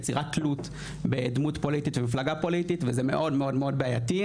יצירת תלות בדמות פוליטית ובמפלגה פוליטית וזה מאוד מאוד בעייתי.